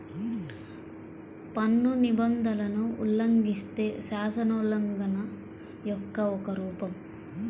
పన్ను నిబంధనలను ఉల్లంఘిస్తే, శాసనోల్లంఘన యొక్క ఒక రూపం